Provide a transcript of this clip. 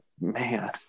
man